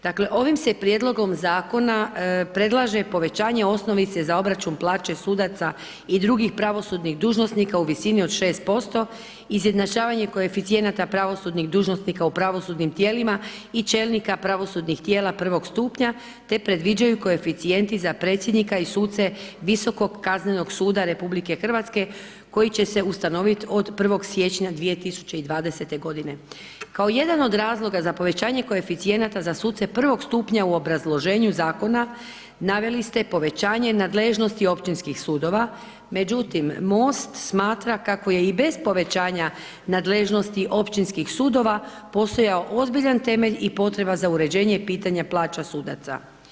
Dakle ovim se prijedlogom zakona predlaže povećanje osnovice za obračun plaće sudaca i drugih pravosudnih dužnosnika u visini od 6%, izjednačavanje koeficijenata pravosudnih dužnosnika u pravosudnim tijelima i čelnika pravosudnih tijela prvog stupnja te predviđaju koeficijenti za predsjednika i suce Visokog kaznenog suda RH koji će ustanoviti od 1. siječnja 2020. g. Kao jedan od razloga za povećanja koeficijenata za suce prvog stupnja u obrazloženju zakona naveli ste povećanje nadležnosti općinskih sudova međutim MOST smatra kako je i bez povećanja nadležnosti općinskih sudova postojao ozbiljan temelj i potreba za uređenjem pitanja plaća sudaca.